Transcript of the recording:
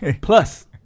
plus